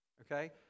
okay